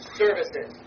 services